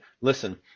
Listen